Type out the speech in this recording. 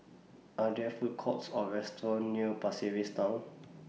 Are There Food Courts Or restaurants near Pasir Ris Town